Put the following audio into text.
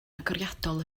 agoriadol